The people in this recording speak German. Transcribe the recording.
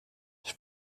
ich